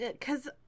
cause